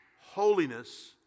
holiness